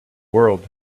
world